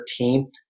13th